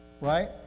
right